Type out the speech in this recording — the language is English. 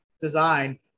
design